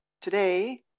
Today